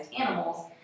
animals